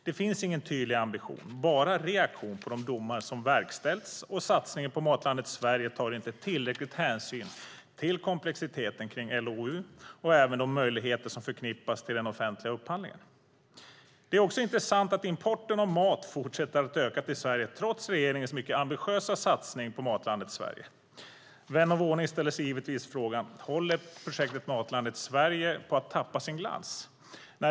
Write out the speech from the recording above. Det finns ingen tydlig ambition, bara reaktion, på de domar som verkställs, och satsningen på Matlandet Sverige tar inte tillräcklig hänsyn till komplexiteten i LOU och även de möjligheter som förknippas med den offentliga upphandlingen. Det är också intressant att importen av mat fortsätter att öka till Sverige trots regeringens mycket ambitiösa satsning på Matlandet Sverige. Vän av ordning ställer sig givetvis frågan: Håller projektet Matlandet Sverige på att tappa sin glans?